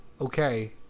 okay